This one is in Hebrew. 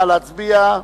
נא להצביע.